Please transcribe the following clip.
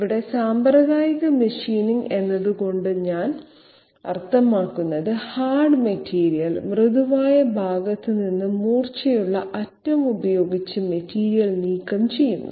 ഇവിടെ സാമ്പ്രദായിക മഷീനിംഗ് എന്നതുകൊണ്ട് ഞാൻ അർത്ഥമാക്കുന്നത് ഹാർഡ് മെറ്റീരിയൽ മൃദുവായ ഭാഗത്ത് നിന്ന് മൂർച്ചയുള്ള അറ്റം ഉപയോഗിച്ച് മെറ്റീരിയൽ നീക്കം ചെയ്യുന്നു